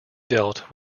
dealt